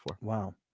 Wow